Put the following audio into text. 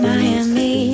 Miami